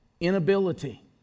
Inability